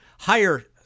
higher